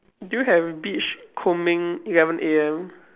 do you have beach combing eleven A_M